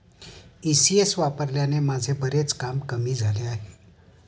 ECS वापरल्याने माझे बरेच काम कमी झाले आहे